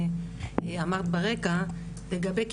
עדיין